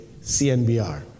CNBR